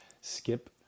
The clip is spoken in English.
skip